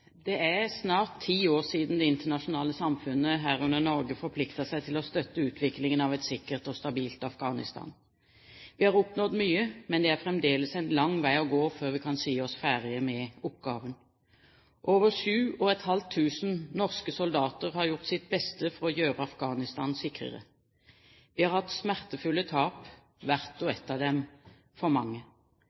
snart ti år siden det internasjonale samfunn, herunder Norge, forpliktet seg til å støtte utviklingen av et sikkert og stabilt Afghanistan. Vi har oppnådd mye, men det er fremdeles en lang vei å gå før vi kan si oss ferdige med oppgaven. Over 7 500 norske soldater har gjort sitt beste for å gjøre Afghanistan sikrere. Vi har hatt smertefulle tap, hvert og ett av dem ett for mange.